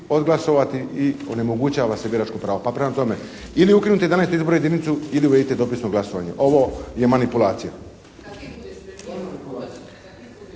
odglasovati i onemogućava se biračko pravo. Pa prema tome, ili ukinuti 11. izbornu jedinicu ili uvedite dopisno glasovanje. Ovo je manipulacija.